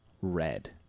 red